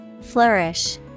flourish